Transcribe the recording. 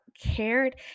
cared